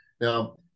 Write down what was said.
Now